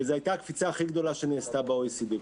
וזו הייתה הקפיצה הכי גדולה שנעשתה ב-OECD,